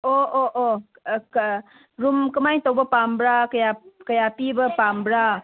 ꯑꯣ ꯑꯣ ꯑꯣ ꯔꯨꯝ ꯀꯃꯥꯏ ꯇꯧꯕ ꯄꯥꯝꯕ꯭ꯔ ꯀꯌꯥ ꯄꯤꯕ ꯄꯥꯝꯕ꯭ꯔ